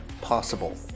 possible